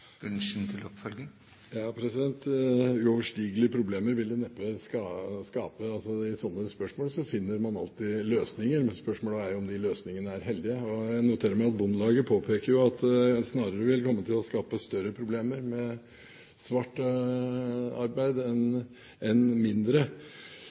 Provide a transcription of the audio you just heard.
Uoverstigelige problemer vil det neppe skape. I slike spørsmål finner man alltid løsninger, men spørsmålet er jo om de løsningene er heldige. Jeg noterer meg at Bondelaget påpeker at det snarere vil komme til å skape større problemer med svart arbeid enn